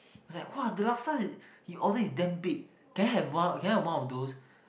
it was like !wah! the laksa he order is damn big can I have one can I have one of those